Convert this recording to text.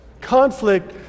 Conflict